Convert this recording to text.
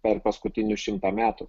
per paskutinius šimtą metų